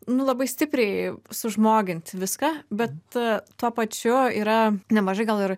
nu labai stipriai sužmogint viską bet tuo pačiu yra nemažai gal ir